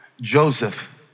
Joseph